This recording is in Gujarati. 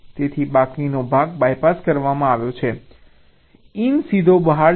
તેથી બાકીનો ભાગ BYPASS કરવામાં આવ્યો છે ઇન સીધો બહાર જશે